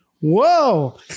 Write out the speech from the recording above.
Whoa